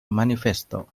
manifesto